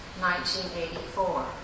1984